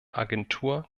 agentur